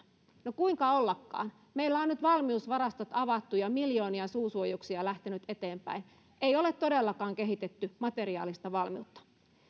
no kuinka ollakaan meillä on nyt valmiusvarastot avattu ja miljoonia suusuojuksia lähtenyt eteenpäin ei ole todellakaan kehitetty materiaalista valmiutta on